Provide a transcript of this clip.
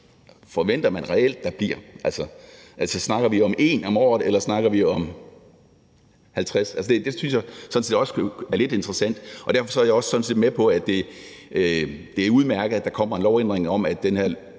forventer der bliver. Snakker vi om 1 om året, eller snakker vi om 50? Det synes jeg sådan set også er lidt interessant, og derfor er jeg også med på, at det er udmærket, at der kommer en lovændring om, at den her